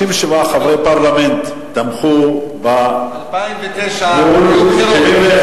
57 חברי פרלמנט תמכו, ב-2009 היו בחירות.